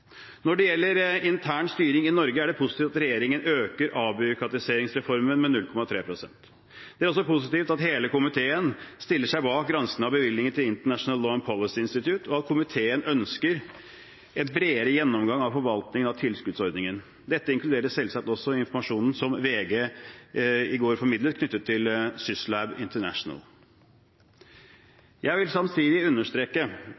Når det gjelder intern styring i Norge, er det positivt at regjeringen øker avbyråkratiseringsreformen med 0,3 pst. Det er også positivt at hele komiteen stiller seg bak granskingen av bevilgninger til International Law and Policy Institute, og at komiteen ønsker en bredere gjennomgang av forvaltningen av tilskuddsordningen. Dette inkluderer selvsagt også informasjonen som VG i går formidlet knyttet til Syslab International. Jeg vil samtidig understreke